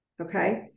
okay